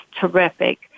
terrific